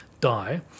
Die